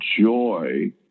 joy